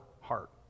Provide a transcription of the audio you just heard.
heart